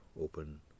open